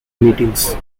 meetings